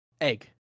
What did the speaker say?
egg